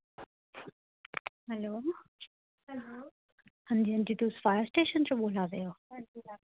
hello हां जी हां जी तुस फायर स्टेशन चा बोल्ला दे ओ